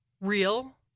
real